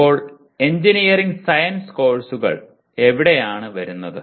ഇപ്പോൾ engineering science കോഴ്സുകൾ എവിടെയാണ് വരുന്നത്